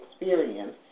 experience